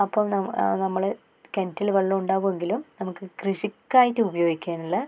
അപ്പോൾ നം നമ്മൾ കിണറ്റിൽ വെള്ളം ഉണ്ടാകുവെങ്കിലും നമുക്ക് കൃഷിക്കായിട്ട് ഉപയോഗിക്കാനുള്ള